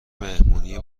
مهمونی